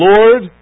Lord